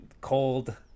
cold